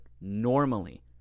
Normally